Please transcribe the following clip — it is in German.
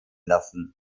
lassen